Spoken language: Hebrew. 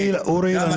המקום, אנחנו